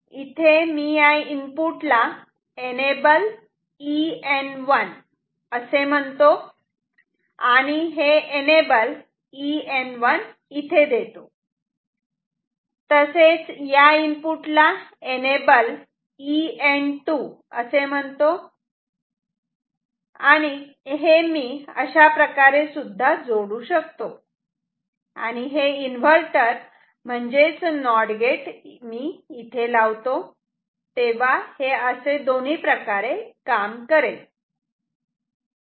इथे मी या इनपुटला एनेबल EN1असे म्हणतो आणि हे एनेबल EN1 इथे देतो तसेच या इनपुटला एनेबल EN2 असे म्हणतो किंवा मी हे अशाप्रकारे सुद्धा जोडू शकतो आणि हे इन्व्हर्टर म्हणजेच नॉट गेट इथे लावतो तेव्हा हे दोन्ही प्रकारे काम करेल